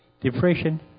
Depression